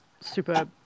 super